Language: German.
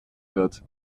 wird